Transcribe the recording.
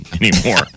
anymore